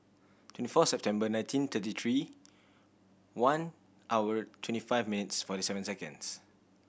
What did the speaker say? twenty four September nineteen thirty three one hour twenty five minutes forty seven seconds